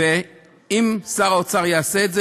אם שר האוצר יעשה את זה,